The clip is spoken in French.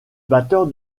batteur